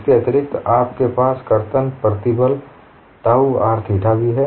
इसके अतिरिक्त आपके पास कर्तन प्रतिबल टाउ r थीटा भी है